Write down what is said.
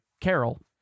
Carol